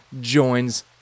joins